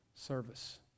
Service